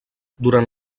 durant